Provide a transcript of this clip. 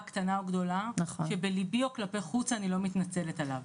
קטנה או גדולה שבליבי או כלפי חוץ אני לא מתנצלת עליו.